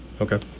Okay